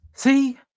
See